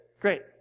Great